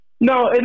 No